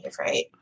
right